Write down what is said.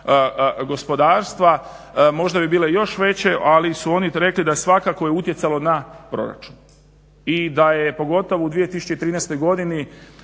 gospodarstva možda bi bile još veće, ali su oni rekli da je svakako utjecalo na proračun i da je pogotovo u 2013.godini